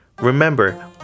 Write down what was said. Remember